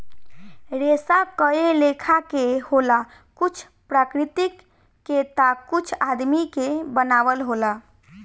रेसा कए लेखा के होला कुछ प्राकृतिक के ता कुछ आदमी के बनावल होला